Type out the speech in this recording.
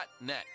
.NET